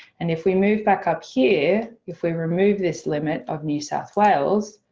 and if we move back up here, if we remove this limit of new south wales,